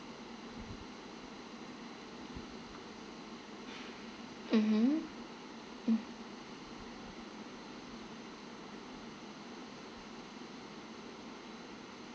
mmhmm